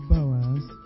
Boaz